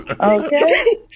Okay